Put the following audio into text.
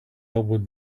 elbowed